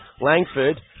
Langford